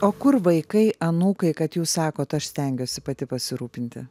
o kur vaikai anūkai kad jūs sakot aš stengiuosi pati pasirūpinti